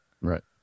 Right